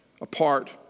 apart